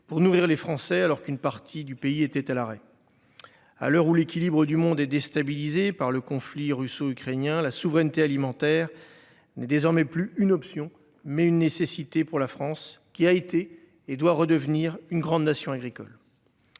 Pour nourrir les Français alors qu'une partie du pays étaient à l'arrêt. À l'heure où l'équilibre du monde, est déstabilisé par le conflit russo-ukrainien la souveraineté alimentaire n'est désormais plus une option, mais une nécessité pour la France qui a été et doit redevenir une grande nation agricole.